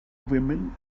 women